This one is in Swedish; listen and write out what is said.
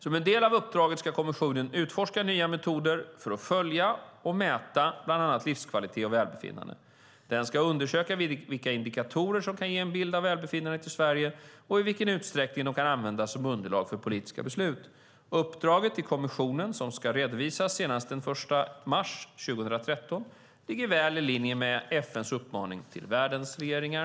Som en del av uppdraget ska kommissionen utforska nya metoder för att följa och mäta bland annat livskvalitet och välbefinnande. Den ska undersöka vilka indikatorer som kan ge en bild av välbefinnandet i Sverige och i vilken utsträckning de kan användas som underlag för politiska beslut. Uppdraget till kommissionen, som ska redovisas senast den 1 mars 2013, ligger väl i linje med FN:s uppmaning till världens regeringar.